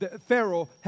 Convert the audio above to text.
Pharaoh